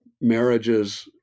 marriages